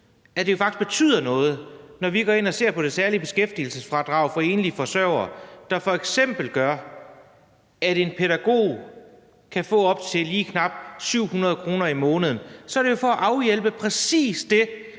at det faktisk betyder noget, når vi går ind og ser på det særlige beskæftigelsesfradrag for enlige forsørgere, som f.eks. gør, at en pædagog kan få op til lige knap 700 kr. mere om måneden. Det er jo for at afhjælpe præcis det